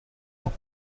ont